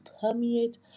permeate